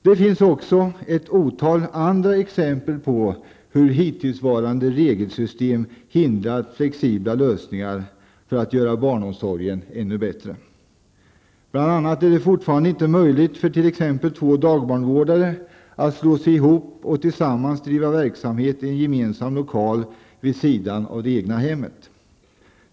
Det finns också ett otal andra exempel på hur hittillsvarande regelsystem har hindrat flexibla lösningar som skulle kunna göra barnomsorgen ännu bättre. Bl.a. är det fortfarande inte möjligt för t.ex. två dagbarnvårdare att slå sig ihop och tillsammans bedriva verksamhet i en gemensam lokal vid sidan av det egna hemmet.